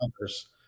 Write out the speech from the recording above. others